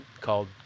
Called